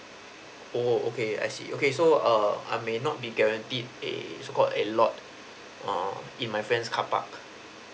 oh okay I see okay so err I may not be guaranteed a so called a lot err in my friend's car park